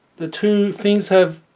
the two things have